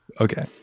Okay